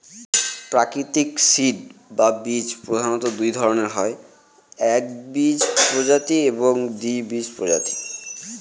প্রাকৃতিক সিড বা বীজ প্রধানত দুই ধরনের হয় একবীজপত্রী এবং দ্বিবীজপত্রী